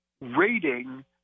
rating